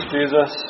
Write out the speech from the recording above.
Jesus